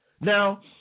Now